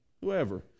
whoever